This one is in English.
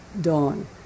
dawn